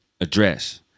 address